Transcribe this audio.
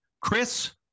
Chris